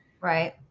right